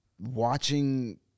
watching